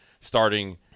starting